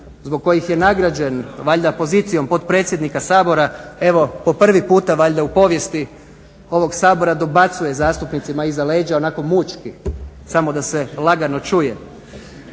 zbog kojih je nagrađen valjda pozicijom potpredsjednika Sabora evo po prvi puta valjda u povijesti ovog Sabora dobacuje zastupnicima iza leđa onako mučki, samo da se lagano čuje.